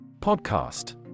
Podcast